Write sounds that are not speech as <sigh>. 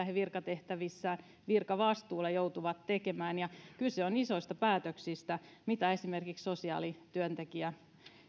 <unintelligible> he virkatehtävissään virkavastuulla joutuvat tekemään kyse on isoista päätöksistä mitä esimerkiksi sosiaalityöntekijä